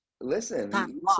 Listen